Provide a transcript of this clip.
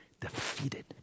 defeated